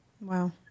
Wow